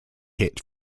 hit